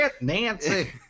nancy